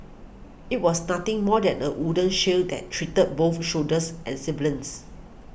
it was nothing more than a wooden shed that treated both soldiers and civilians